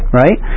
right